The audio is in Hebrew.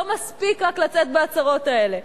לא מספיק רק לצאת בהצהרות האלה.